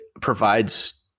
provides